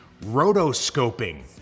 Rotoscoping